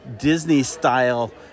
Disney-style